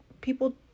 people